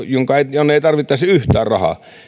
jonne ei tarvittaisi yhtään rahaa